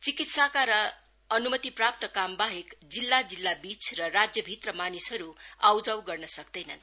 चिकित्साका र अन्मतिप्राप्त कामबाहेक जिल्ला जिल्लाबीच र राज्यभित्र मानिसहरू आउजाउ गर्न सक्दैनन्